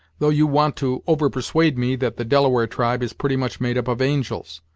though you want to over-persuade me that the delaware tribe is pretty much made up of angels.